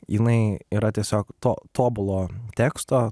jinai yra tiesiog to tobulo teksto